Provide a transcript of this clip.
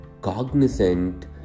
cognizant